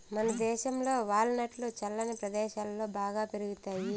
మనదేశంలో వాల్ నట్లు చల్లని ప్రదేశాలలో బాగా పెరుగుతాయి